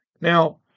Now